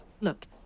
Look